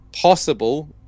possible